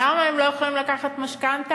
למה הם לא יכולים לקחת משכנתה?